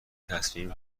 تصمیم